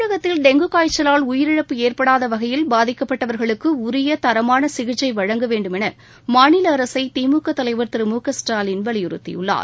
தமிழகத்தில் டெங்கு காய்ச்சலால் உயிரிழப்பு ஏற்படாத வகையில் பாதிக்கப்பட்டவர்களுக்கு உரிய தரமான சிசிக்சை வழங்க வேண்டுமௌ மாநில அரசை திமுக தலைவர் திரு மு க ஸ்டாலின் வலியுறுத்தியுள்ளார்